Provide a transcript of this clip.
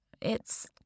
It's